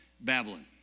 Babylon